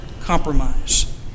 compromise